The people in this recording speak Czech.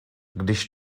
když